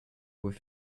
with